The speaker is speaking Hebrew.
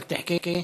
בידכ תחכי?